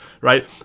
right